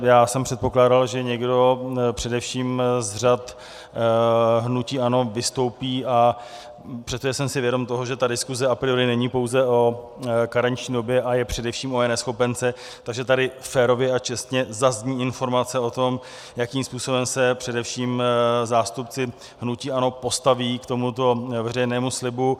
Já jsem předpokládal, že někdo především z řad hnutí ANO vystoupí, a přestože jsem si vědom toho, že diskuze a priori není pouze o karenční době a je především o eNeschopence, tak že tady férově a čestně zazní informace o tom, jakým způsobem se především zástupci hnutí ANO postaví k tomuto veřejnému slibu.